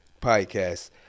podcast